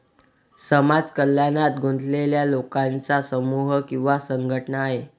समाज कल्याणात गुंतलेल्या लोकांचा समूह किंवा संघटना आहे